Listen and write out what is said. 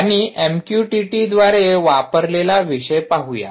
आणि एमक्यूटीटी द्वारे वापरलेला विषय पाहूया